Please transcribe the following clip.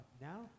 now